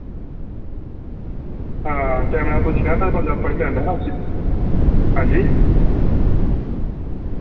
हां टैमा दा पुज्जिया फिर बंदा पढ़ी लैंदा ना उसी हांजी